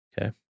Okay